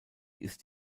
ist